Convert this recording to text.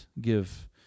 give